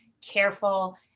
careful